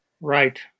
Right